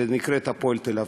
והיא נקראת "הפועל תל-אביב".